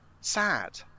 sad